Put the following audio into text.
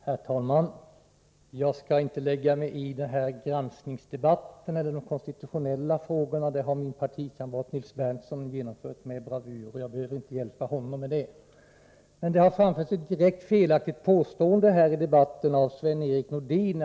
Herr talman! Jag skall inte lägga mig i denna granskningsdebatt eller de konstitutionella frågorna — de har min partikamrat Nils Berndtson debatterat med bravur, och jag behöver inte hjälpa honom med det. Men det har av Sven-Erik Nordin framförts ett direkt felaktigt påstående i denna debatt.